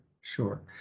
sure